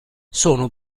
sono